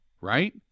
right